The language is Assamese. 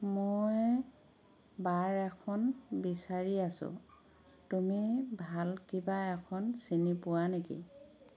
মই বাৰ এখন বিচাৰি আছোঁ তুমি ভাল কিবা এখন চিনি পোৱা নেকি